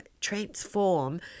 transform